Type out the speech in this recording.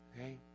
Okay